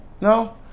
no